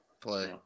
play